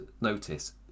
Notice